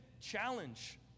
challenge